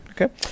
Okay